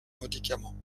médicaments